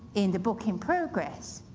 in the book in progress,